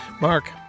Mark